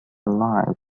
alive